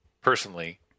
personally